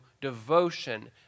devotion